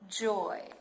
joy